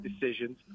decisions